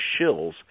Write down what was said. shills